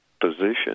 position